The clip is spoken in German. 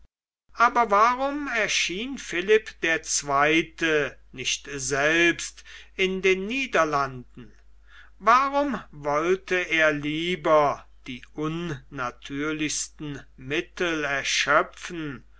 aber warum erschien philipp der zweite nicht selbst in den niederlanden warum wollte er lieber die unnatürlichsten mittel erschöpfen